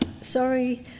Sorry